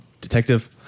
detective